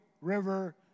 river